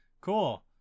cool